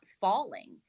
falling